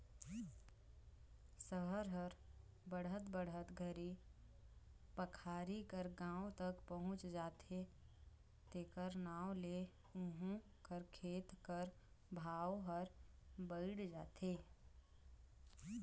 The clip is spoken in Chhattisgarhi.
सहर हर बढ़त बढ़त घरी पखारी कर गाँव तक पहुंच जाथे तेकर नांव ले उहों कर खेत कर भाव हर बइढ़ जाथे